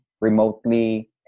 remotely